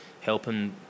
helping